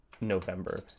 november